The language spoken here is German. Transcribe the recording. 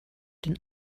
den